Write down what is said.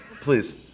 please